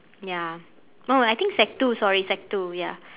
ya no I think sec two sorry sec two ya